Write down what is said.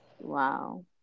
wow